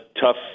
tough